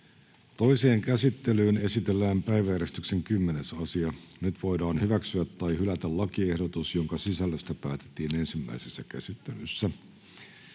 Toiseen käsittelyyn esitellään päiväjärjestyksen 12. asia. Nyt voidaan hyväksyä tai hylätä lakiehdotukset, joiden sisällöstä päätettiin ensimmäisessä käsittelyssä.